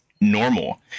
normal